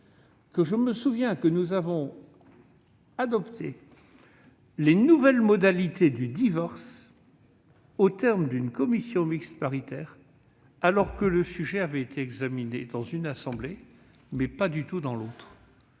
sur ce point -, nous avions adopté les nouvelles modalités du divorce au terme de la réunion d'une commission mixte paritaire, alors que le sujet avait été examiné dans une assemblée, mais pas du tout dans l'autre.